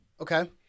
Okay